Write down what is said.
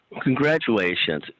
Congratulations